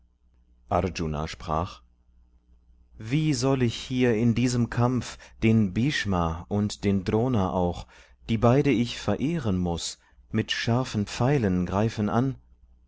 arjuna sprach wie soll ich hier in diesem kampf den bhshma und den drona auch die beide ich verehren muß mit scharfen pfeilen greifen an